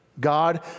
God